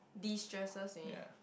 destresses me